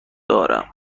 دارم